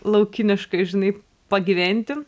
laukiniškai žinai pagyventi